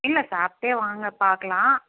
இல்லை சாப்பிடே வாங்க பார்க்கலாம்